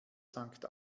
sankt